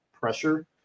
pressure